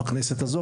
בכנסת הזו,